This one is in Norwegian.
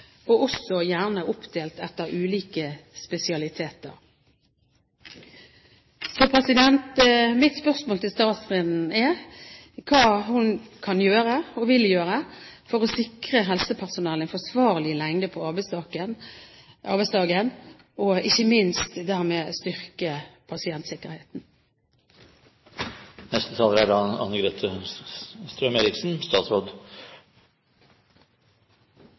gjerne også oppdelt etter ulike spesialiteter. Så mitt spørsmål til statsråden er hva hun kan gjøre, og vil gjøre, for å sikre helsepersonell en forsvarlig lengde på arbeidsdagen, og dermed ikke minst styrke pasientsikkerheten. Ansatte er